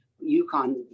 Yukon